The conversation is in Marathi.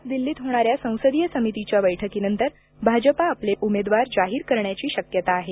आज दिल्लीत होणाऱ्या संसदीय समितीच्या बैठकीनंतर भाजपा आपले उमेदवार जाहीर करण्याची शक्यता आहे